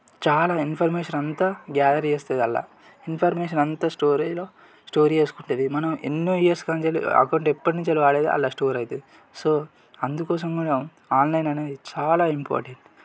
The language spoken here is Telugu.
చాలా ఇన్ఫర్మేషన్ అంతా గ్యాదర్ చేస్తుంది అందులో ఇన్ఫర్మేషన్ అంతా స్టోరేజ్లో స్టోర్ చేసుకుంటుంది మనం ఎన్నో ఇయర్స్కాంచెల్లి అకౌంటు ఎప్పుడునుంచెల్లి వాడేడి అందలా స్టోర్ అవుతుంది సో అందుకోసం మనం ఆన్లైన్ అనేది చాలా ఇంపార్టెంట్